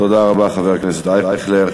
תודה רבה, חבר הכנסת אייכלר.